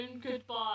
goodbye